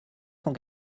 cent